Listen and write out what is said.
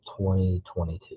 2022